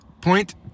Point